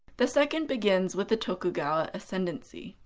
the second begins with the tokugawa ascendancy.